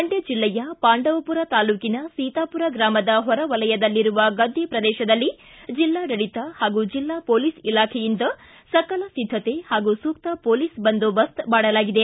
ಮಂಡ್ಯ ಜಿಲ್ಲೆಯ ಪಾಂಡವಪುರ ತಾಲ್ಲೂಕಿನ ಸೀತಾಪುರ ಗ್ರಾಮದ ಹೊರಒಲಯದಲ್ಲಿರುವ ಗದ್ದೆ ಪ್ರದೇಶದಲ್ಲಿ ಜಿಲ್ಲಾಡಳಿತ ಹಾಗೂ ಜಿಲ್ಲಾ ಪೊಲೀಸ್ ಇಲಾಖೆಯಿಂದ ಸಕಲ ಸಿದ್ದತೆ ಹಾಗೂ ಸೂಕ್ತ ಪೊಲೀಸ್ ಬಂದೋಬಸ್ತ್ ಮಾಡಲಾಗಿದೆ